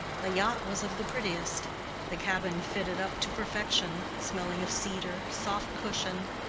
the yacht was of the prettiest the cabin fitted up to perfection, smelling of cedar, soft-cushioned,